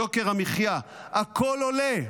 יוקר המחיה, הכול עולה.